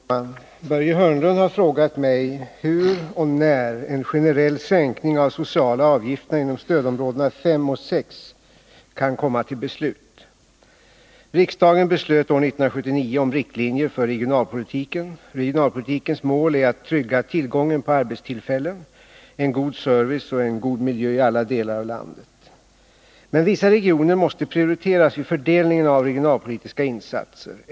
Herr talman! Börje Hörnlund har frågat mig hur och när en generell sänkning av de sociala avgifterna inom stödområdena 5 och 6 kan komma till beslut. Riksdagen beslöt år 1979 om riktlinjer för regionalpolitiken. Regionalpolitikens mål är att trygga tillgången på arbetstillfällen, en god service och en god miljö i alla delar av landet. Men vissa regioner måste prioriteras vid fördelningen av regionalpolitiska insatser.